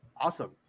Awesome